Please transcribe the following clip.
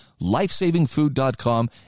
lifesavingfood.com